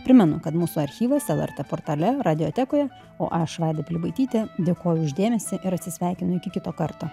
primenu kad mūsų archyvuose lrt portale radiotekoje o aš vaida pilibaitytė dėkoju už dėmesį ir atsisveikinu iki kito karto